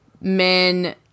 men